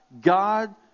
God